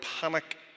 panic